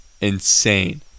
insane